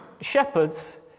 shepherds